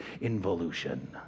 involution